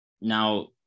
now